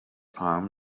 arm